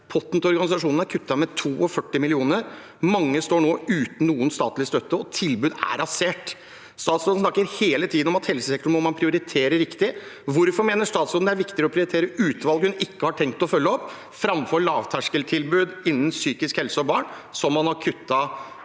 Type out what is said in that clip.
Potten til organisasjonene er kuttet med 42 mill. kr. Mange står nå uten noen statlig støtte, og tilbud er rasert. Statsråden snakker hele tiden om at man må prioritere riktig i helsesektoren. Hvorfor mener statsråden det er viktigere å prioritere utvalg hun ikke har tenkt til å følge opp, framfor lavterskeltilbud innen psykisk helsetilbud til barn, noe man har kuttet